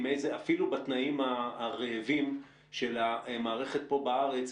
אפילו בתנאים הרעבים של המערכת כאן בארץ,